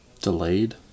Delayed